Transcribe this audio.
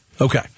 Okay